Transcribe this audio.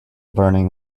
burning